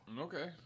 Okay